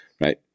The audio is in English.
right